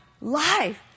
life